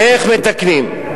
איך מתקנים?